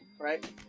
right